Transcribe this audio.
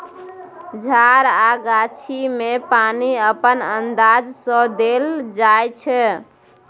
झार आ गाछी मे पानि अपन अंदाज सँ देल जाइ छै